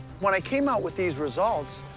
when i came out with these results,